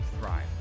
thrive